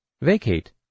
Vacate –